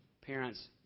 Parents